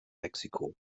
mexiko